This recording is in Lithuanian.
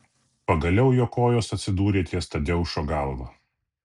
pagaliau jo kojos atsidūrė ties tadeušo galva